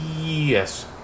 Yes